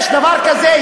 יש דבר כזה?